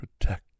protect